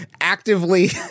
actively